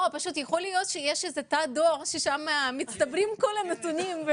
יכול להיות שיש תיבת דואר שם מצטברים כל הנתונים.